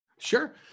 Sure